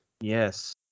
Yes